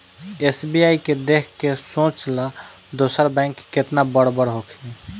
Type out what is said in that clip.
SBI के देख के सोच ल दोसर बैंक केतना बड़ बड़ होखी